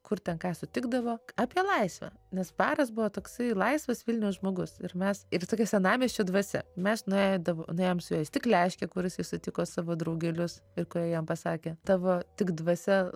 kur ten ką sutikdavo apie laisvę nes baras buvo toksai laisvas vilniaus žmogus ir mes ir tokia senamiesčio dvasia mes nueidavom nuėjom su juo į stikleškę kur jisai sutiko savo draugelius ir kurie jam pasakė tavo tik dvasia